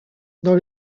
dans